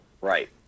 Right